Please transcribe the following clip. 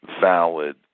valid